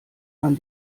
man